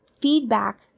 feedback